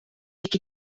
який